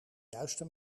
juiste